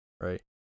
right